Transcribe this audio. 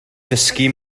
ddysgu